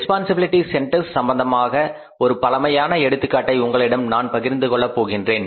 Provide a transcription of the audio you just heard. responsibility centres சம்மந்தமாக ஒரு பழமையான எடுத்துக்காட்டை உங்களிடம் நான் பகிர்ந்துகொள்ளப்போகின்றேன்